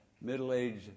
middle-aged